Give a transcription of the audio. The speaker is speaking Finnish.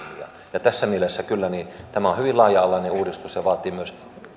ja tässä mielessä kyllä tämä on hyvin laaja alainen uudistus ja vaatii myös